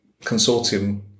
consortium